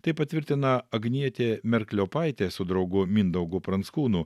tai patvirtina agnietė merkliopaitė su draugu mindaugu pranckūnu